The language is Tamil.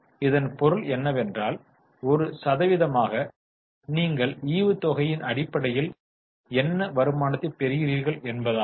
இதன் பொருள் என்னவென்றால் ஒரு சதவீதமாக நீங்கள் ஈவுத்தொகையின் அடிப்படையில் என்ன வருமானத்தை பெறுகிறீர்கள் என்பதாகும்